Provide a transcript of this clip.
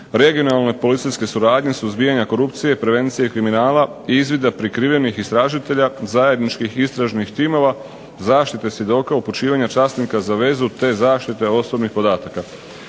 regionalne policijske suradnje, suzbijanja korupcije, prevencije i kriminala, izvida prikrivenih istražitelja, zajedničkih istražnih timova, zaštite svjedoka, upućivanja časnika za vezu, te zaštite osobnih podataka.